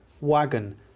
wagon